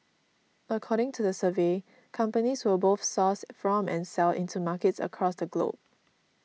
according to the survey companies will both source from and sell into markets across the globe